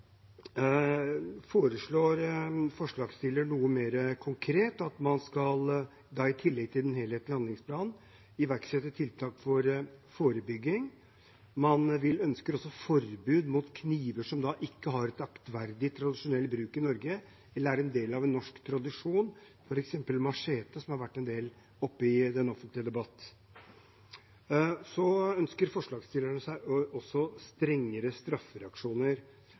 foreslår forslagsstillerne noe mer konkret at man i tillegg til den helhetlige handlingsplanen skal iverksette tiltak for forebygging. Man ønsker også forbud mot kniver som ikke har en aktverdig tradisjonell bruk i Norge, eller er del av en norsk tradisjon, f.eks. machete, som har vært en del oppe i den offentlige debatt. Forslagsstillerne ønsker seg også strengere straffereaksjoner.